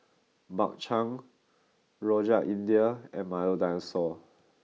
Bak Chang Rojak India and Milo Dinosaur